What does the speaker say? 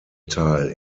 teil